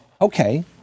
okay